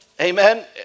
amen